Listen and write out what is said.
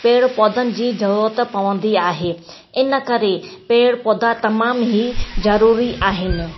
पेड़ पौधनि जी ज़रूरत पवंदी आहे इन करे पेड़ पौधा तमामु ई ज़रूरी आहिनि